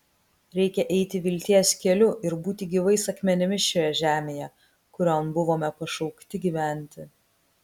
reikia eiti vilties keliu ir būti gyvais akmenimis šioje žemėje kurion buvome pašaukti gyventi